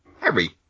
Harry